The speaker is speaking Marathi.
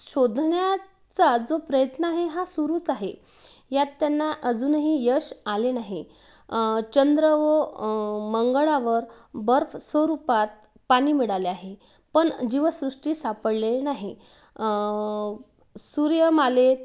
शोधण्याचा जो प्रयत्न आहे हा सुरूच आहे यात त्यांना अजूनही यश आले नाही चंद्र व मंगळावर बर्फस्वरूपात पाणी मिळाले आहे पण जीवसृष्टी सापडलेली नाही सूर्यमालेत